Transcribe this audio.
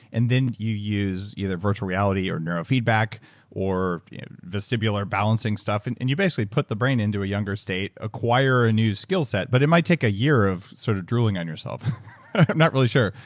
and then you use either virtual reality or neurofeedback or vestibular balancing stuff and and you basically put the brain into a younger state, acquire a new skill set, but it might take a year of sort of drooling on yourself. i'm not really sure.